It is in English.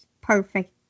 perfect